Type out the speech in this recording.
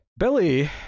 Billy